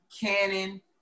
Canon